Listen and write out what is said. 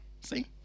See